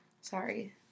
Sorry